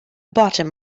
bottom